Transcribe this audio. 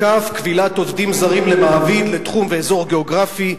כבילת עובדים זרים למעביד לתחום ואזור גיאוגרפי,